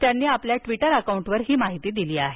त्यांनी आपल्या ट्वीटर अकौंटवर ही माहिती दिली आहे